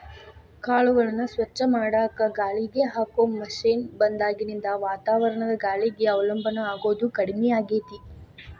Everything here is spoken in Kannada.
ಕಾಳುಗಳನ್ನ ಸ್ವಚ್ಛ ಮಾಡಾಕ ಗಾಳಿಗೆ ಹಾಕೋ ಮಷೇನ್ ಬಂದಾಗಿನಿಂದ ವಾತಾವರಣದ ಗಾಳಿಗೆ ಅವಲಂಬನ ಆಗೋದು ಕಡಿಮೆ ಆಗೇತಿ